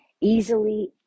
easily